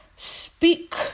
speak